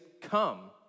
come